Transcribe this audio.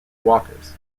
walkers